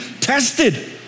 tested